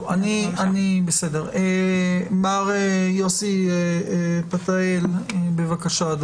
מר יוסי פתאל, בבקשה.